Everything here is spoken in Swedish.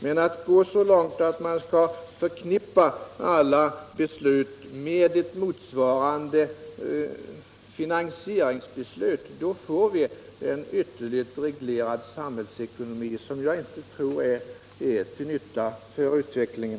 Men går vi så långt att vi förknippar alla Om formuleringen beslut med ett motsvarande finansieringsbeslut, då får vi en ytterligt — av information från reglerad samhällsekonomi, som jag inte tror är till nytta för utvecklingen.